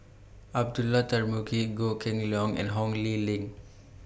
Abdullah Tarmugi Goh Kheng Long and Ho Lee Ling